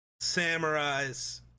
Samurais